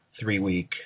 three-week